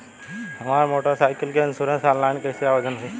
हमार motor cycle के insurance online कईसे आवेदन होई?